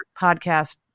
podcast